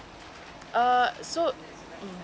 uh so um